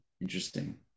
Interesting